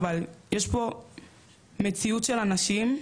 אבל יש פה מציאות של אנשים,